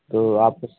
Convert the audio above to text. तो आप